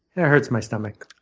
and it hurts my stomach.